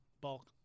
Bulk